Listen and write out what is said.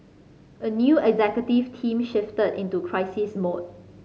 a new executive team shifted into crisis mode